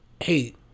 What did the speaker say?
hey